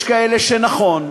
יש כאלה שנכון,